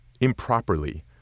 improperly